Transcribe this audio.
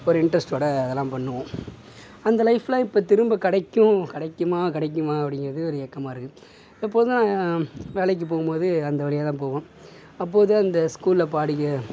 ஒரு இன்ட்ரஸ்டோட அதெலாம் பண்ணுவோம் அந்த லைஃப்புலாம் இப்போ திரும்ப கிடைக்கும் கிடைக்குமா கிடைக்குமா அப்படிங்குறது ஒரு ஏக்கமாக இருக்கு எப்போதும் வேலைக்கு போவும்போது அந்த வழியாகதான் போவோம் அப்போது அந்த ஸ்கூல பாடுகிற